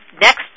next